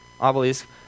obelisk